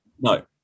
no